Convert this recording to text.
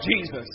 Jesus